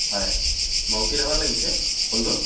হয় মুংফি ধাবাত লাগিছে ফোনটো